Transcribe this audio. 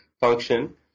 function